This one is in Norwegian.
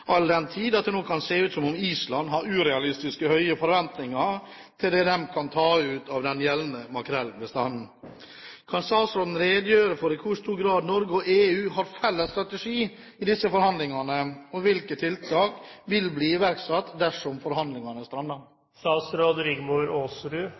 all den tid at det kan se ut som om Island har urealistisk høye forventninger til det de kan ta ut av den gjeldende makrellbestanden. Kan statsråden redegjøre for i hvor stor grad Norge og EU har felles strategi i disse forhandlingene, og hvilke tiltak vil bli iverksatt dersom forhandlingene